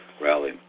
rally